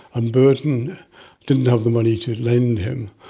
and burton didn't have the money to lend him,